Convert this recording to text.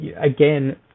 again